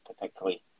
particularly